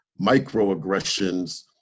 microaggressions